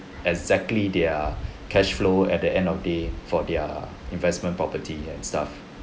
exactly their cash flow at the end of day for their investment property and stuff